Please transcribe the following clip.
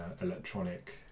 electronic